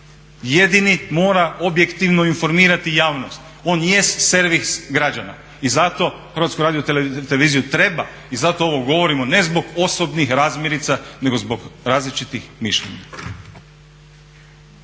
jedini mora objektivno informirati javnost, on jest servis građana. I zato HRT treba, i zato ovo govorimo ne zbog osobnih razmirica, nego zbog različitih mišljenja.